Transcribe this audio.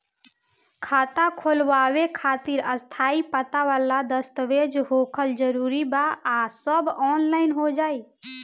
खाता खोलवावे खातिर स्थायी पता वाला दस्तावेज़ होखल जरूरी बा आ सब ऑनलाइन हो जाई?